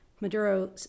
Maduro